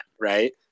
right